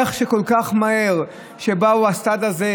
איך כל כך מהר באו מהצד הזה,